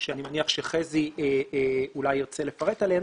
שאני מניח שחזי אולי ירצה לפרט עליהן,